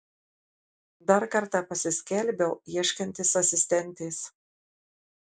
dar kartą pasiskelbiau ieškantis asistentės